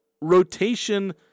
rotation